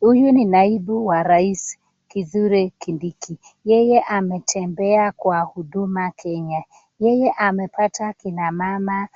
Huyu ni naibu wa rais Kithure Kindiki. Yeye ametembea kwa huduma Kenya. Yeye amepata kina mama